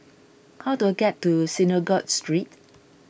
how do I get to Synagogue Street